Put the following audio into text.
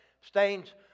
Stains